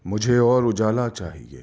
مجھے اور اجالا چاہیے